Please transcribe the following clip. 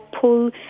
pull